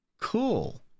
cool